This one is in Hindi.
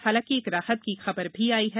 हालांकि एक राहत की खबर भी आई है